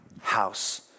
house